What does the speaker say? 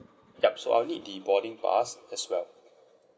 yup so I'll need the boarding pass as well